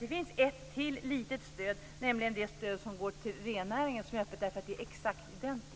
Det finns ett litet stöd till som är öppet, nämligen det stöd som går till rennäringen; det är exakt identiskt.